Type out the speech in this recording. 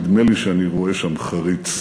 נדמה לי שאני רואה שם חריץ